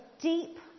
deep